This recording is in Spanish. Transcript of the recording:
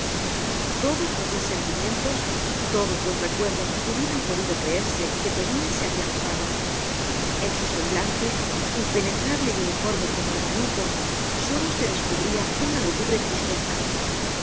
todos los resentimientos todos los recuerdos que hubieran podido creerse que tenia se habian borrado en su semblante impenetrable y uniforme como el granito solo se descubria una lúgubre tristeza